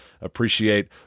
appreciate